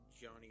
Johnny